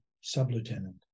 sub-lieutenant